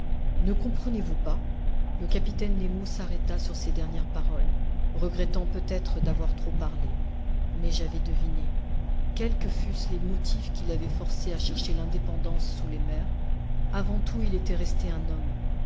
ne comprenez-vous pas le capitaine nemo s'arrêta sur ces dernières paroles regrettant peut-être d'avoir trop parlé mais j'avais deviné quels que fussent les motifs qui l'avaient forcé à chercher l'indépendance sous les mers avant tout il était resté un homme